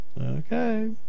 Okay